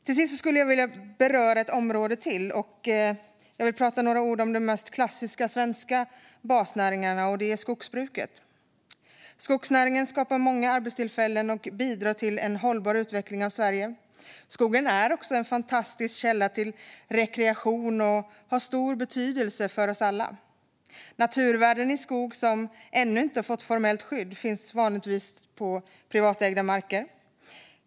Till sist skulle jag vilja beröra ett område till. Jag vill säga några ord om en av de mest klassiska svenska basnäringarna, nämligen skogsbruket. Skogsnäringen skapar många arbetstillfällen och bidrar till en hållbar utveckling av Sverige. Skogen är också en fantastisk källa till rekreation och har stor betydelse för oss alla. Naturvärden i skog som ännu inte fått formellt skydd finns vanligtvis på privatägda marker.